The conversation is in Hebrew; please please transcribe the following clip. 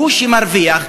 הוא שמרוויח,